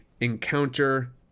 encounter